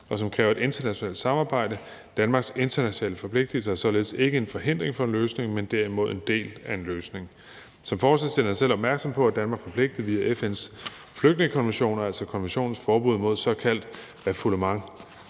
og som kræver et internationalt samarbejde. Danmarks internationale forpligtelser er således ikke en forhindring for en løsning, men derimod en del af en løsning. Som forslagsstillerne selv er opmærksomme på, er Danmark forpligtet via FN's flygtningekonvention og konventionens forbud mod såkaldt refoulement,